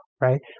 right